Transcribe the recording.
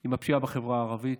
עם הפשיעה בחברה הערבית,